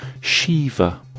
Shiva